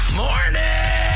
morning